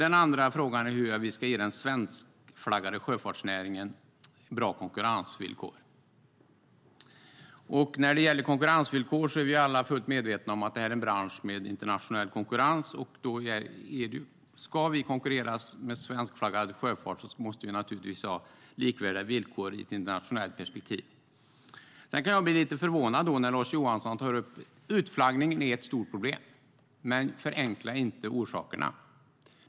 En annan fråga är hur vi ska ge den svenskflaggade sjöfartsnäringen bra konkurrensvillkor. När det gäller konkurrensvillkor är vi alla fullt medvetna om att det här är en bransch med internationell konkurrens. Ska vi konkurrera med svenskflaggad sjöfart måste vi därför naturligtvis ha likvärdiga villkor i ett internationellt perspektiv. Utflaggning är ett stort problem. Men förenkla inte orsakerna!